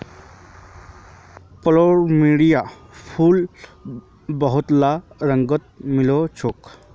plumeria फूल बहुतला रंगत मिल छेक